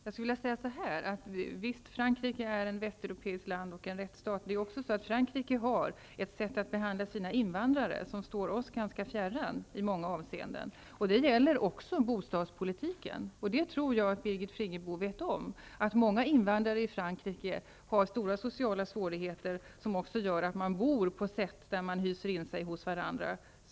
Herr talman! Visst är Frankrike ett västeuropeiskt land och en rättsstat. Men Frankrike har också ett sätt att behandla sina invandrare på, som i många avseenden är oss i Sverige ganska fjärran. Det gäller också bostadspolitiken. Det tror jag att Birgit Friggebo vet om. Många invandrare i Frankrike har stora sociala svårigheter, som också gör att de hyser in sig hos varandra.